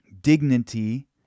dignity